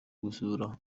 gusura